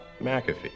McAfee